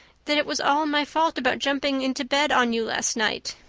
that it was all my fault about jumping into bed on you last night.